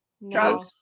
No